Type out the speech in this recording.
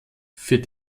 für